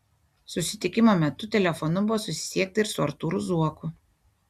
susitikimo metu telefonu buvo susisiekta ir su artūru zuoku